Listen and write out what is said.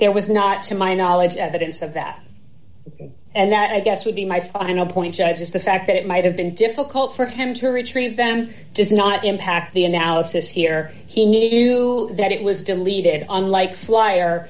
there was not to my knowledge evidence of that and that i guess would be my final point i just the fact that it might have been difficult for him to retrieve them does not impact the analysis here he knew that it was deleted unlike flyer